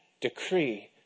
decree